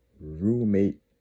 roommate